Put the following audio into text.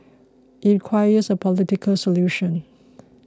it requires a political solution